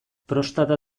prostata